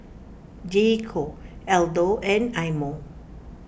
J Co Aldo and Eye Mo